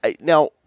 Now